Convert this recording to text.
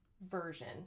version